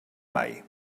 mai